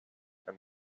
and